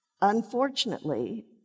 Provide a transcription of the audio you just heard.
unfortunately